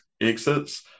exits